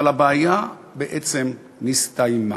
אבל הבעיה בעצם נסתיימה.